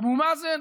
אבו מאזן,